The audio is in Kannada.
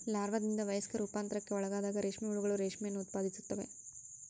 ಲಾರ್ವಾದಿಂದ ವಯಸ್ಕ ರೂಪಾಂತರಕ್ಕೆ ಒಳಗಾದಾಗ ರೇಷ್ಮೆ ಹುಳುಗಳು ರೇಷ್ಮೆಯನ್ನು ಉತ್ಪಾದಿಸುತ್ತವೆ